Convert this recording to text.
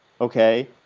Okay